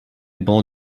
bancs